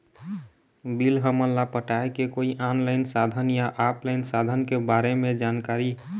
Bill हमन ला पटाए के कोई ऑनलाइन साधन या ऑफलाइन साधन के बारे मे जानकारी?